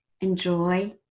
enjoy